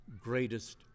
greatest